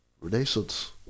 Renaissance